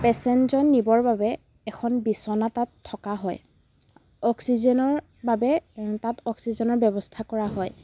পেচেণ্টজন নিবৰ বাবে এখন বিচনা তাত থকা হয় অক্সিজেনৰ বাবে তাত অক্সিজেনৰ ব্যৱস্থা কৰা হয়